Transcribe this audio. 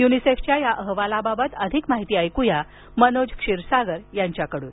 युनिसेफच्या या अहवालाबाबत अधिक माहिती ऐकूया मनोज क्षीरसागर यांच्याकडून